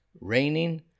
raining